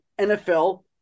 NFL